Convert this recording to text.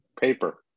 paper